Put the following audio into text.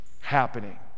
happening